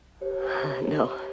No